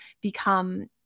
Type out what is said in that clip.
become